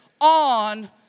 on